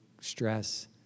stress